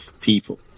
people